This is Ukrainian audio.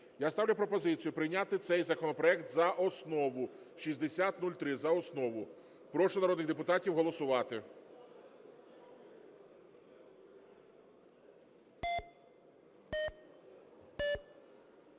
Я ставлю пропозицію прийняти цей законопроект за основу, 6003, за основу. Прошу народних депутатів голосувати.